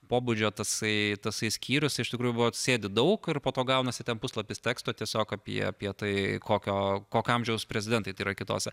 pobūdžio tasai tasai skyrius iš tikrųjų buvo sėdi daug ir po to gaunasi ten puslapis teksto tiesiog apie apie tai kokio kokio amžiaus prezidentai tai yra kitose